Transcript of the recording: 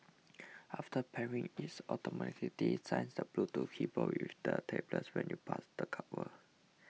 after pairing it automatically syncs the Bluetooth keyboard with the tablet when you pass the cover